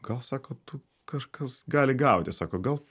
gal sako tu kažkas gali gautis sako gal